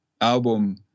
album